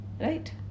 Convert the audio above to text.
Right